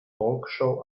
talkshow